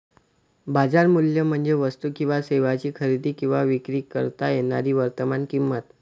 बाजार मूल्य म्हणजे वस्तू किंवा सेवांची खरेदी किंवा विक्री करता येणारी वर्तमान किंमत